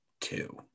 two